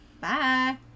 Bye